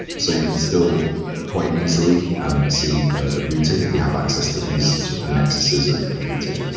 so you can still quite easily see the rooting if you have access to these sort of nexusis of of rooting.